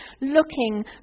looking